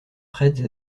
prêtes